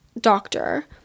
doctor